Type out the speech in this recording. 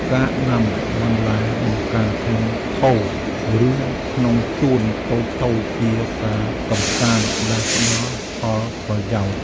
ការដាំបន្លែបង្ការក្នុងថូ ឬក្នុងសួនតូចៗ ជាការកម្សាន្តដែលផ្តល់ផលប្រយោជន៍។